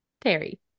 Terry